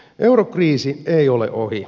eurokriisi ei ole ohi